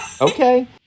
Okay